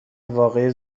واقعی